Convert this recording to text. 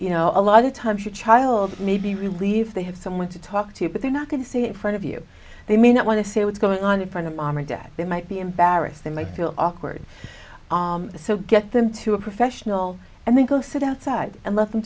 you know a lot of times your child may be relieved they have someone to talk to but they're not going to say in front of you they may not want to say what's going on in front of mom or dad they might be embarrassed they might feel awkward so get them to a professional and then go sit outside and let them